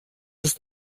ist